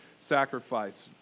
sacrifice